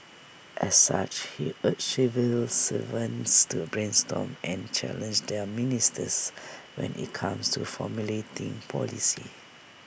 as such he urged civil servants to brainstorm and challenge their ministers when IT comes to formulating policy